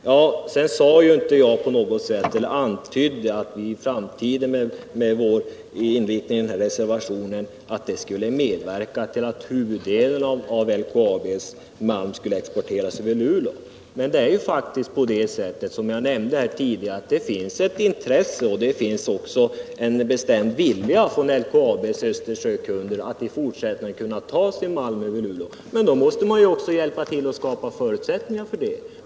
Sedan antyder jag inte på något sätt att vi i framtiden, med vår inriktning i den här reservationen, skulle medverka till att huvuddelen av LKAB:s malm skulle exporteras över Luleå. Men som jag nämnde tidigare finns det faktiskt ett intresse för detta och även en bestämd vilja från LKAB:s Östersjökunder att i fortsättningen kunna ta sin malm över Luleå. Då måste man också hjälpa till och skapa förutsättningar för det.